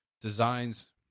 designs